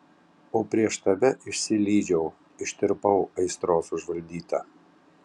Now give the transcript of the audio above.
o prieš tave išsilydžiau ištirpau aistros užvaldyta